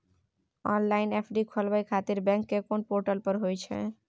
Online FD खोलाबय खातिर bank के कोन पोर्टल पर होए छै?